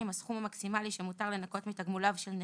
(הסכום המקסימלי שמותר לנכות מתגמוליו של נכה),